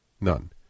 None